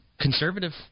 conservative